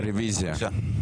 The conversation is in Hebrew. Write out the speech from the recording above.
לא התקבלה.